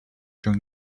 during